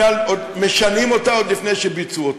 משנים אותה, עוד לפני שביצעו אותה.